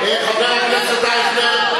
חבר הכנסת אייכלר,